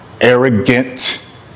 arrogant